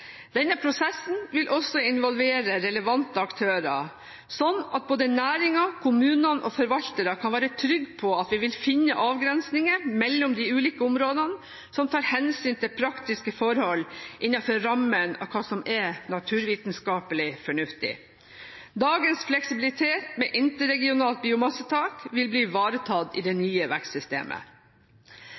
Denne prosessen vil også involvere relevante aktører, slik at både næringen, kommunene og forvaltere kan være trygge på at vi vil finne avgrensninger mellom de ulike områdene som tar hensyn til praktiske forhold – innenfor rammen av hva som er naturvitenskapelig fornuftig. Dagens fleksibilitet med interregionalt biomassetak vil bli ivaretatt i det nye vekstsystemet.